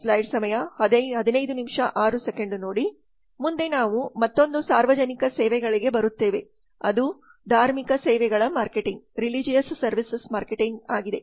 ಮುಂದೆ ನಾವು ಮತ್ತೊಂದು ಸಾರ್ವಜನಿಕ ಸೇವೆಗಳಿಗೆ ಬರುತ್ತೇವೆ ಅದು ಧಾರ್ಮಿಕ ಸೇವೆಗಳ ಮಾರ್ಕೆಟಿಂಗ್ ಆಗಿದೆ